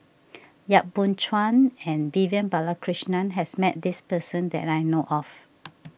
Yap Boon Chuan and Vivian Balakrishnan has met this person that I know of